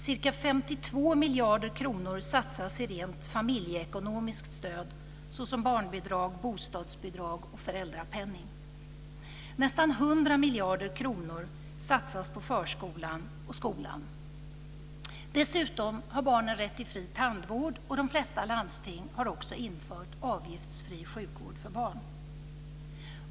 Ca 52 miljarder kronor satsas i rent familjeekonomiskt stöd såsom barnbidrag, bostadsbidrag och föräldrapenning. Nästan Dessutom har barnen rätt till fri tandvård, och de flesta landsting har också infört avgiftsfri sjukvård för barn.